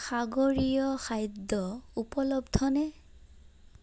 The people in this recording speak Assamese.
সাগৰীয় খাদ্য উপলব্ধনে